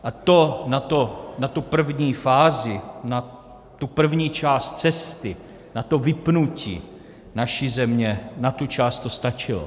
A to na tu první fázi, na tu první část cesty, na to vypnutí naší země, na tuto část to stačilo.